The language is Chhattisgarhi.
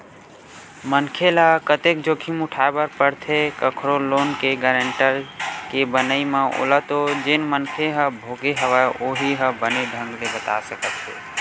मनखे ल कतेक जोखिम उठाय बर परथे कखरो लोन के गारेंटर के बनई म ओला तो जेन मनखे ह भोगे हवय उहीं ह बने ढंग ले बता सकत हे